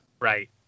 Right